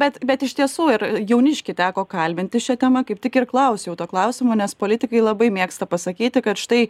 bet bet iš tiesų ir jauniškį teko kalbinti šia tema kaip tik ir klausiau to klausimo nes politikai labai mėgsta pasakyti kad štai